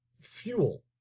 fuel